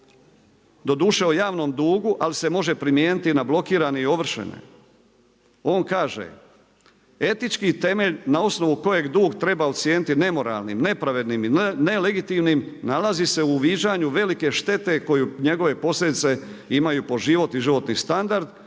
doduše o javnom dugu ali se može primijeniti i na blokirane i na ovršene. On kaže, etički temelj na osnovu kojeg dug treba ocijeniti nemoralnim, nepravednim i nelegitimnim nalazi se u uviđanju velike štete koju njegove posljedice imaju po život i životni standard